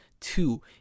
Two